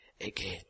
again